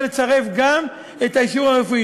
צריך לצרף גם את האישור הרפואי.